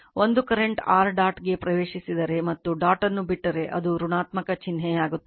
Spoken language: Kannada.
ಒಂದು ಕರೆಂಟ್ r ಡಾಟ್ಗೆ ಪ್ರವೇಶಿಸಿದರೆ ಮತ್ತು ಡಾಟ್ ಅನ್ನು ಬಿಟ್ಟರೆ ಅದು ಋಣಾತ್ಮಕ ಚಿಹ್ನೆಯಾಗಿರುತ್ತದೆ